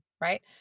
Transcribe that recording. right